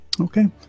Okay